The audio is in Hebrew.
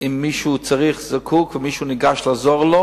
אם מישהו זקוק ומישהו ניגש לעזור לו,